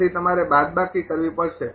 તેથી તમારે બાદબાકી કરવી પડશે